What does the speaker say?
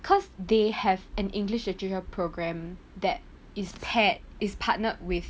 cause they have an english literature programme that is paired is partnered with